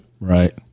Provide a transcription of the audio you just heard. Right